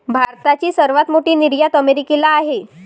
भारताची सर्वात मोठी निर्यात अमेरिकेला आहे